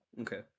okay